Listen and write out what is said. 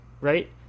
right